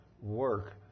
work